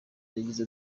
yagize